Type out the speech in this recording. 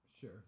Sure